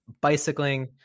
bicycling